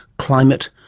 climate,